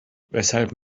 weshalb